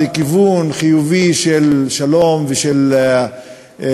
של כיוון חיובי לשלום ולמשא-ומתן,